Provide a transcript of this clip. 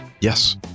Yes